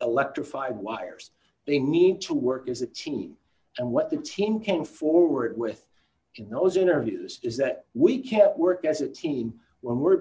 electrified wires they need to work as a team and what the team came forward with in those interviews is that we can work as a team when we're